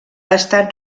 estat